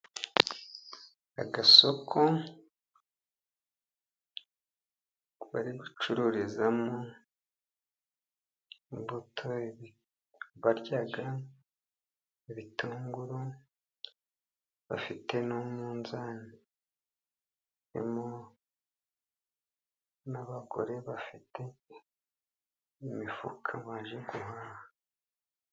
Agasoko bari gucururizamo imbuto barya, ibitunguru, bafite n'umuzani. Harimo n'abagore bafite imifuka baje guhaha.